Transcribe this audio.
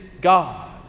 God